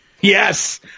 Yes